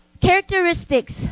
Characteristics